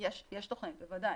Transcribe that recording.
יש תכנית, בוודאי.